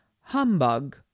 humbug